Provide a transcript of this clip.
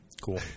Cool